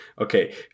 okay